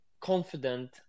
confident